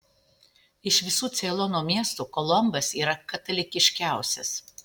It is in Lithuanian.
iš visų ceilono miestų kolombas yra katalikiškiausias